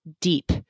deep